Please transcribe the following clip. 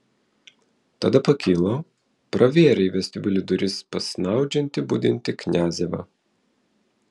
tada pakilo pravėrė į vestibiulį duris pas snaudžiantį budintį kniazevą